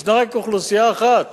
יש רק אוכלוסייה אחת